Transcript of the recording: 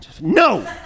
No